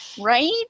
Right